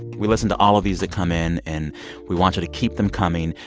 we listen to all of these that come in. and we want you to keep them coming.